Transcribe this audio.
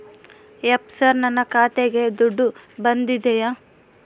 ಯಪ್ಪ ಸರ್ ನನ್ನ ಖಾತೆಗೆ ದುಡ್ಡು ಬಂದಿದೆಯ?